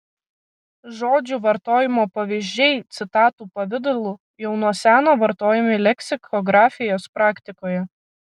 žodžių vartojimo pavyzdžiai citatų pavidalu jau nuo seno vartojami leksikografijos praktikoje